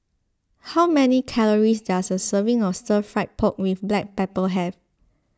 how many calories does a serving of Stir Fry Pork with Black Pepper have